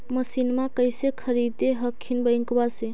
मसिनमा कैसे खरीदे हखिन बैंकबा से?